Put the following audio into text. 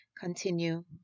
continue